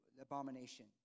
abomination